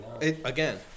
again